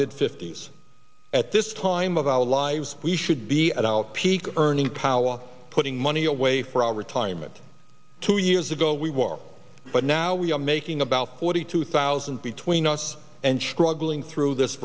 mid fifty's at this time of our lives we should be at our peak earning power putting money away for our retirement two years ago we were all but now we are making about forty two thousand between us and struggling through this